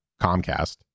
Comcast